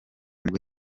nibwo